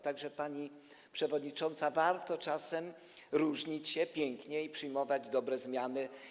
Tak że, pani przewodnicząca, warto czasem różnić się pięknie i przyjmować dobre zmiany.